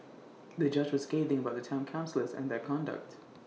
the judge was scathing about the Town councillors and their conduct